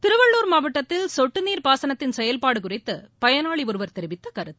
திருவள்ளுர் மாவட்டத்தில் சொட்டுநீர் பாசனத்தின் செயல்பாடு குறித்து பயனாளி ஒருவர் தெரிவித்த கருத்து